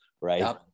right